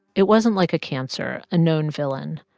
it wasn't like a cancer, a known villain.